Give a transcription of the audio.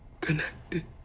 connected